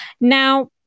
Now